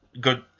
good